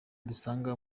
dusanga